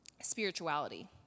spirituality